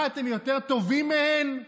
אתם יותר טובים מהן?